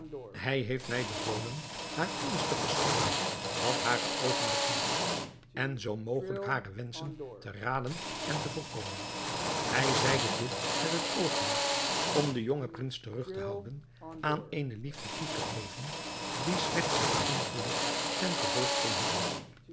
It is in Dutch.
hij heeft mij bevolen haar alles te verschaffen wat hare oogen begeeren en zoo mogelijk hare wenschen te raden en te voorkomen hij zeide dit met het oogmerk om den jongen prins terug te houden aan eene liefde toe te geven die slechts zijn ongeluk ten gevolge kon hebben